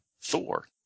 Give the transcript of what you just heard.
Thor